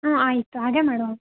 ಹ್ಞೂ ಆಯಿತು ಹಾಗೆ ಮಾಡುವ